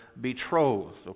betrothed